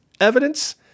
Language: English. evidence